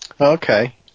Okay